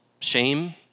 shame